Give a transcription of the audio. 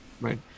right